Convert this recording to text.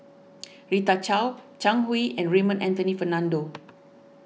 Rita Chao Zhang Hui and Raymond Anthony Fernando